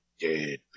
dead